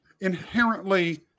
inherently